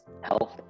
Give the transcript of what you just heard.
health